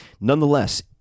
Nonetheless